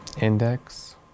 Index